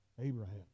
Abraham